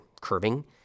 curving